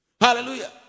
Hallelujah